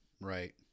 Right